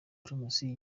promosiyo